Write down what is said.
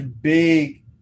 big